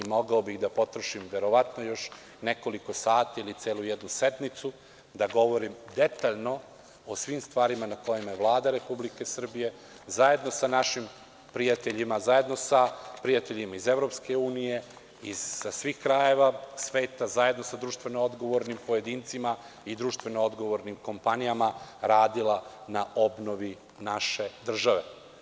Mogao bih da potrošim verovatno još nekoliko sati ili celu jednu sednicu da govorim detaljno o svim stvarima na kojima je Vlada Republike Srbije, zajedno sa našim prijateljima, zajedno sa prijateljima iz EU, sa svih krajeva sveta, zajedno sa društveno odgovornim pojedincima i društveno odgovornim kompanijama, radila na obnovi naše države.